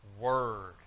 Word